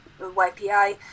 YPI